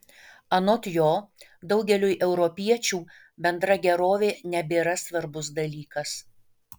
anot jo daugeliui europiečių bendra gerovė nebėra svarbus dalykas